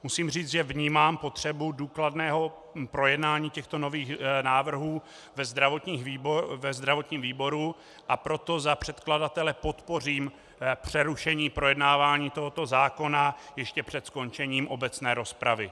Musím říct, že vnímám potřebu důkladného projednání těchto nových návrhů ve zdravotním výboru, a proto za předkladatele podpořím přerušení projednávání tohoto zákona ještě před skončením obecné rozpravy.